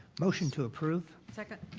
motion to approve. second.